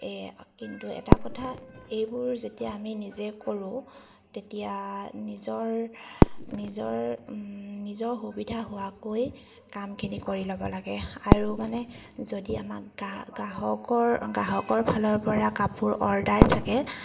এই কিন্তু এটা কথা এইবোৰ যেতিয়া আমি নিজে কৰোঁ তেতিয়া নিজৰ নিজৰ নিজৰ সুবিধা হোৱাকৈ কামখিনি কৰি ল'ব লাগে আৰু মানে যদি আমাক গাহ গ্ৰাহকৰ গ্ৰাহকৰ ফালৰ পৰা কাপোৰ অৰ্ডাৰ থাকে